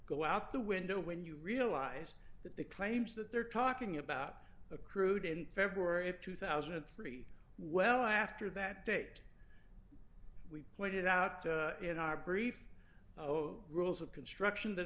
go out the window when you realize that the claims that they're talking about accrued in february of two thousand and three well after that date we pointed out in our brief oh the rules of construction